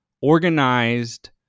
organized